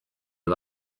you